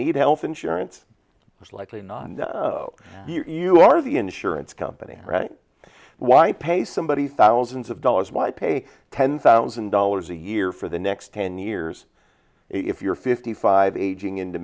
need health insurance most likely not you are the insurance company why pay somebody thousands of dollars why pay ten thousand dollars a year for the next ten years if you're fifty five aging into